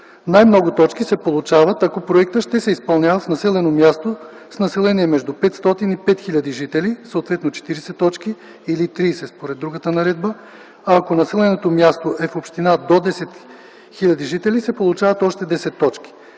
най-много точки се получават, ако проектът ще се изпълнява в населено място с население между 500 и 5 хил. жители, съответно 40 точки, или 30, според другата наредба. А ако населеното място е в община до 10 хил. жители, се получават още 10 точки.